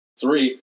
three